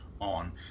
on